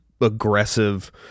aggressive